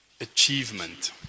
achievement